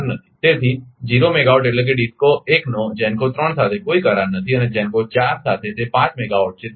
તેથી 0 મેગાવાટ એટલે કે DISCO 1 નો GENCO 3 સાથે કોઈ કરાર નથી અને GENCO 4 સાથે તે 5 મેગાવાટ છે